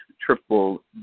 Triple